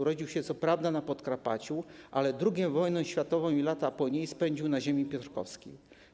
Urodził się co prawda na Podkarpaciu, ale II wojnę światową i lata po niej spędził na ziemi piotrkowskiej.